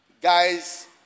guys